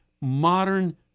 modern